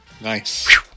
Nice